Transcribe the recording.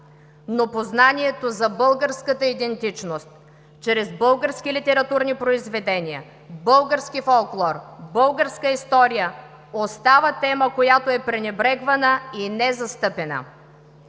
но познанието за българската идентичност чрез български литературни произведения, български фолклор, българска история остава тема, която е пренебрегвана и незастъпена.